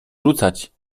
rzucać